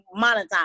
monetize